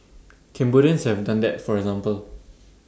Cambodians have done that for example